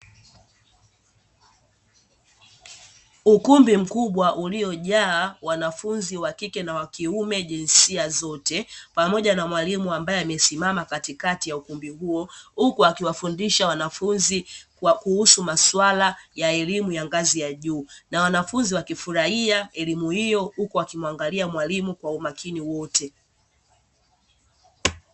Ukumbi mkubwa uliojaa wanafunzi wa wakike na wakiume (jinsia zote), pamoja na mwalimu ambaye amesimama katikati ya ukumbi huo, huku akiwafundisha wanafunzi kuhusu masuala ya elimu ya ngazi ya juu na wanafunzi wakifurahia elimu hiyo, huku wakimuangalia mwalimu kwa umakini wote.